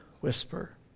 whisper